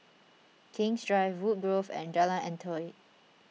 King's Drive Woodgrove and Jalan Antoi